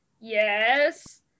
Yes